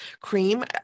cream